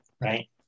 Right